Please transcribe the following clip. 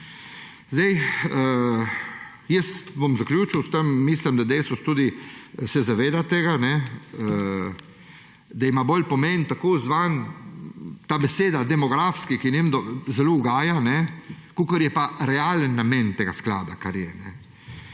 Jaz bom zaključil s tem. Mislim, da Desus tudi se zaveda tega, kajne, da ima bolj pomen »takozvan«, ta beseda demografski, ki njim zelo ugaja, kakor je pa realen namen tega sklada, kar je.